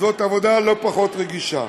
זו עבודה לא פחות רגישה.